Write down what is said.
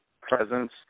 presence